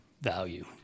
value